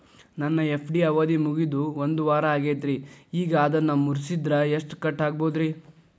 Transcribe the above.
ನನ್ನ ಎಫ್.ಡಿ ಅವಧಿ ಮುಗಿದು ಒಂದವಾರ ಆಗೇದ್ರಿ ಈಗ ಅದನ್ನ ಮುರಿಸಿದ್ರ ಎಷ್ಟ ಕಟ್ ಆಗ್ಬೋದ್ರಿ?